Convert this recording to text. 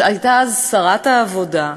שהייתה אז שרת העבודה,